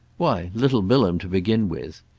why little bilham to begin with.